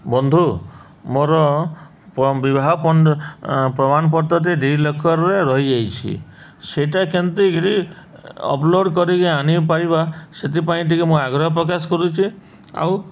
ବନ୍ଧୁ ମୋର ବିବାହ ପ ପ୍ରମାଣପତ୍ରଟି ଡିଲକରରେ ରହିଯାଇଛି ସେଇଟା କେମିତିକିରି ଅପଲୋଡ଼ କରିକି ଆଣିପାରିବା ସେଥିପାଇଁ ଟିକେ ମୁଁ ଆଗ୍ରହ ପ୍ରକାଶ କରୁଛି ଆଉ